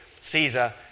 Caesar